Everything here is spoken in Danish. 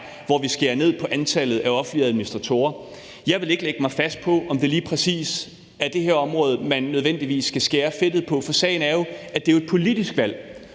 hvor vi skærer ned på antallet af offentlige administratorer. Jeg vil ikke lægge mig fast på, om det lige præcis er det her område, man nødvendigvis skal skære fedtet på. For sagen er jo, at det er et politisk valg,